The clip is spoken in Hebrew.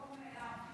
זה לא ברור מאליו.